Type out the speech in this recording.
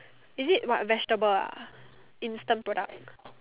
is it what vegetable ah instant product